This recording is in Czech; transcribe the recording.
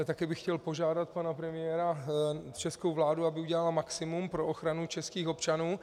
Taky bych chtěl požádat pana premiéra, českou vládu, aby udělala maximum pro ochranu českých občanů.